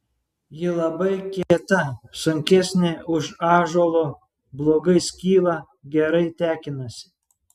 ji labai kieta sunkesnė už ąžuolo blogai skyla gerai tekinasi